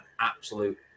absolute